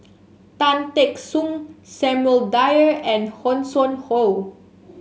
Tan Teck Soon Samuel Dyer and Hanson Ho